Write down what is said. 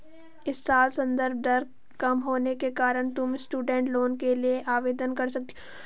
इस साल संदर्भ दर कम होने के कारण तुम स्टूडेंट लोन के लिए आवेदन कर सकती हो